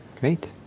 Great